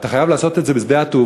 אתה חייב לעשות את זה בשדה-התעופה,